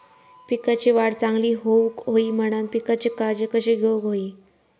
पिकाची वाढ चांगली होऊक होई म्हणान पिकाची काळजी कशी घेऊक होई?